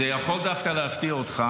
זה יכול דווקא להפתיע אותך.